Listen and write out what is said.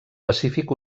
pacífic